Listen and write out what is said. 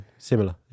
Similar